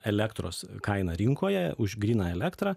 elektros kaina rinkoje už gryną elektrą